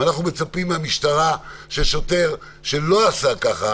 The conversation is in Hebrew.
ואנחנו מצפים מהמשטרה ששוטר שלא עשה ככה